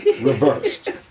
reversed